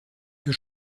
für